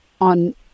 on